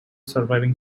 surviving